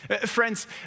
Friends